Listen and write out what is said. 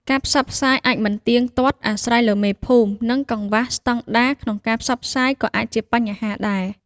ការផ្សព្វផ្សាយអាចមិនទៀងទាត់ អាស្រ័យលើមេភូមិ និងកង្វះស្តង់ដារ ក្នុងការផ្សព្វផ្សាយក៏អាចជាបញ្ហាដែរ។